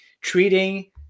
treating –